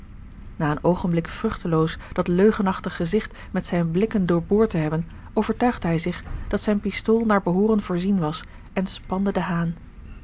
na een oogenblik vruchteloos dat leugenachtig gezigt met zijne george een ongeluksvogel blikken doorboord te hebben overtuigde hij zich dat zijne pistool naar behooren voorzien was en spande den haan